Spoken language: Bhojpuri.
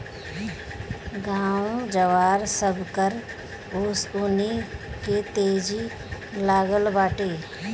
गाँव जवार, सबकर ओंसउनी के तेजी लागल बाटे